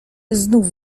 znów